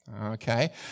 okay